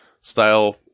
style